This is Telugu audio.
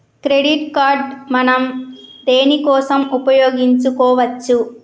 క్రెడిట్ కార్డ్ మనం దేనికోసం ఉపయోగించుకోవచ్చు?